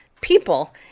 people